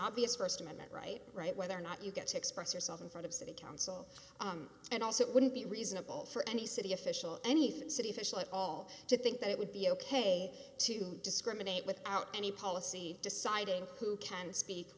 obvious st amendment right right whether or not you get to express yourself in front of city council on and also it wouldn't be reasonable for any city official any city official at all to think that it would be ok to discriminate without any policy deciding who can speak